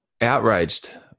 outraged